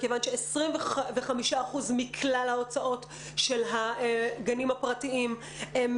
מכיוון ש-25% מכלל ההוצאות של הגנים הפרטיים הם